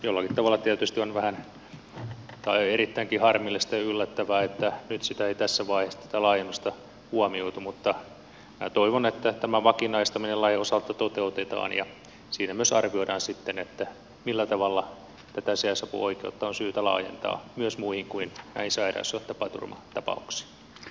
jollakin tavalla tietysti on vähän tai erittäinkin harmillista ja yllättävää että nyt tätä laajennusta ei tässä vaiheessa huomioitu mutta minä toivon että tämä vakinaistaminen lain osalta toteutetaan ja siinä myös arvioidaan sitten millä tavalla tätä sijais apuoikeutta on syytä laajentaa myös muihin kuin näihin sairaus ja tapaturmatapauksiin